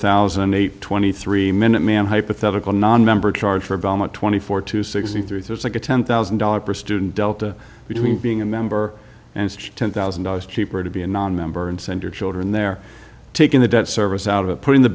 thousand eight twenty three minute man hypothetical nonmember charge for obama twenty four to sixty three there's like a ten thousand dollars per student delta between being a member and ten thousand dollars cheaper to be a nonmember and send your children there taking the debt service out of it putting the